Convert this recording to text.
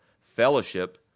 fellowship